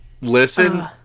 listen